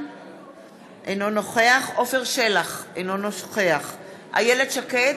אינו נוכח עפר שלח, אינו נוכח איילת שקד,